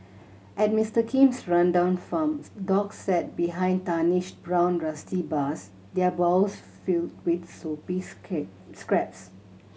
at Mister Kim's rundown farms dogs sat behind tarnished brown rusty bars their bowls filled with soupy scraps